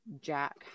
Jack